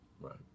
Right